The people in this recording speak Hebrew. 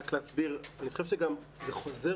אני חושב שזה עובר